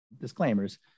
disclaimers